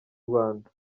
rwanda